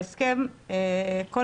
ההסכם חל על כל